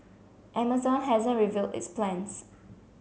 amazon hasn't revealed its plans